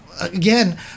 again